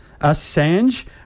Assange